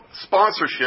sponsorship